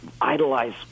idolize